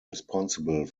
responsible